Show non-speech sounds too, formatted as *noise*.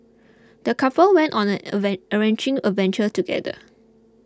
the couple went on an *unintelligible* enriching adventure together